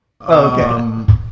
Okay